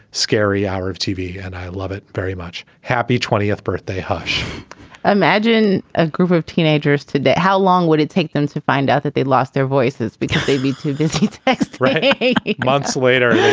scary hour of tv and i love it very much. happy twentieth birthday. hush imagine a group of teenagers did that. how long would it take them to find out that they'd lost their voices because they'd be too busy x ray eight months later?